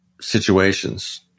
situations